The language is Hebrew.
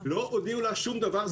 לא הודיעו לא שום דבר.